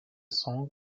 song